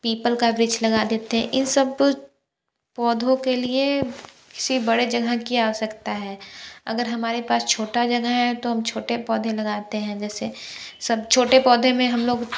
people का वृक्ष लगा देते इन सब पौधों के लिए किसी बड़े जगह की आवश्यकता है अगर हमारे पास छोटा जगह है तो हम छोटे पौधे लगाते हैं जैसे सब छोटे पौधे में हम लोग